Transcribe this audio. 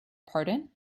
pardon